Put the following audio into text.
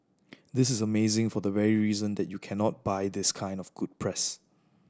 this is amazing for the very reason that you cannot buy this kind of good press